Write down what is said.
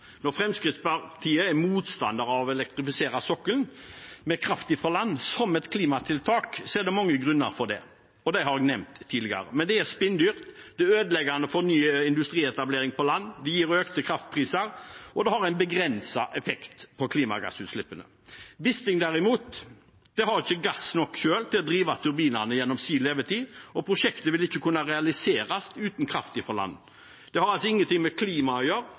Når Fremskrittspartiet er motstander av å elektrifisere sokkelen med kraft fra land som et klimatiltak, er det mange grunner for det, og de har jeg nevnt tidligere, men det er spinndyrt, det er ødeleggende for ny industrietablering på land, det gir økte kraftpriser, og det har en begrenset effekt på klimagassutslippene. Wisting, derimot, har ikke gass nok til selv å drive turbinene gjennom sin levetid, og prosjektet vil ikke kunne realiseres uten kraft fra land. Det har altså ingenting med